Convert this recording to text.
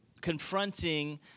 confronting